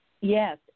Yes